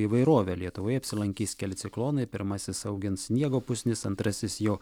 įvairove lietuvoje apsilankys keli ciklonai pirmasis augins sniego pusnis antrasis jo